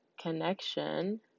connection